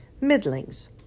middling's